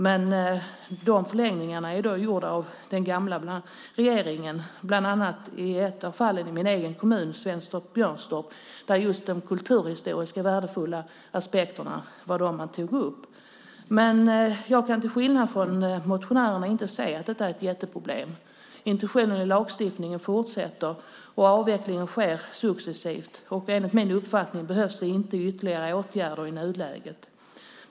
Men förlängningarna är beslutade av den gamla regeringen, i ett av fallen i min egen kommun Svenstorp och Björnstorp, där det var just aspekterna på det kulturhistoriska värdet som man tog upp. Jag kan till skillnad från motionärerna inte se att detta är ett jätteproblem. Intentionerna i lagstiftningen fortsätter att följas, och avvecklingen sker successivt. Enligt min uppfattning behövs det inga ytterligare åtgärder i nuläget.